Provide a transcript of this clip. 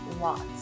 lots